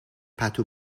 پتو